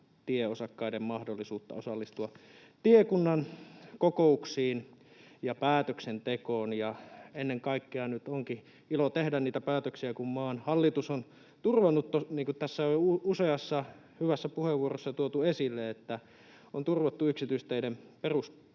tieosakkaiden mahdollisuutta osallistua tiekunnan kokouksiin ja päätöksentekoon. Ja ennen kaikkea nyt onkin ilo tehdä niitä päätöksiä, kun maan hallitus on turvannut, niin kuin tässä on jo useassa hyvässä puheenvuorossa tuotu esille, yksityisteiden perusparannusten